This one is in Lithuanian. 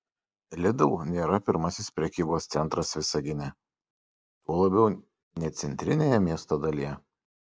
lidl nėra pirmasis prekybos centras visagine tuo labiau ne centrinėje miesto dalyje